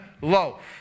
loaf